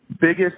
biggest